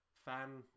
fan